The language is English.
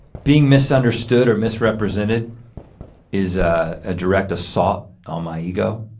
being misunderstood or misrepresented is a ah direct assault on my ego